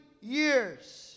years